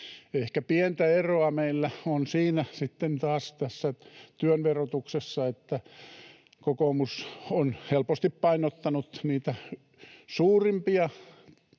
Ehkä pientä eroa meillä on sitten taas tässä työn verotuksessa, että kokoomus on helposti painottanut niitä suurimpia